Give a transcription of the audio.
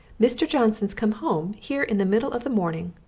mr. johnson's come home here in the middle of the morning,